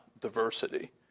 diversity